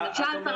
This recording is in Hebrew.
אדוני,